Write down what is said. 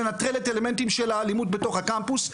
לנטרל את האלמנטים של האלימות בתוך הקמפוס.